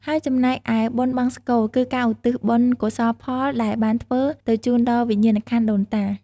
ហើយចំំណែកឯបុណ្យបង្សុកូល គឺការឧទ្ទិសបុណ្យកុសលផលដែលបានធ្វើ ទៅជូនដល់វិញ្ញាណក្ខន្ធដូនតា ។